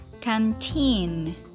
Canteen